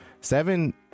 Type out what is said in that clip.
Seven